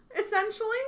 essentially